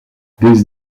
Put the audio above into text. these